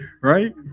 right